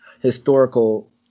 historical